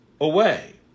away